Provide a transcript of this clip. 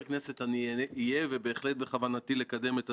הפיקוח על הבנקים מתמודד בשני נושאים מרכזיים: